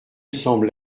semble